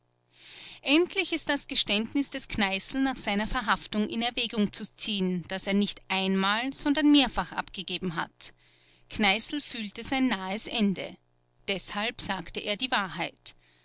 endlich ist das geständnis des kneißl nach seiner verhaftung in erwägung zu ziehen das er nicht einmal sondern mehrfach abgegeben hat kneißl fühlte sein nahes ende deshalb sagte er die wahrheit